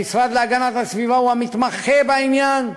המשרד להגנת הסביבה הוא המתמחה בעניין,